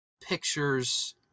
pictures